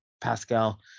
Pascal